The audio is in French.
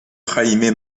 jaime